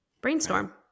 brainstorm